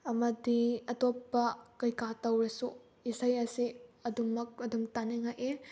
ꯑꯃꯗꯤ ꯑꯇꯣꯞꯄ ꯀꯩꯀꯥ ꯇꯧꯔꯁꯨ ꯏꯁꯩ ꯑꯁꯤ ꯑꯗꯨꯝꯃꯛ ꯑꯗꯨꯝ ꯇꯥꯅꯤꯡꯉꯛꯏ